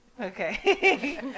Okay